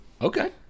Okay